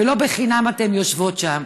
ולא לחינם אתן יושבות שם,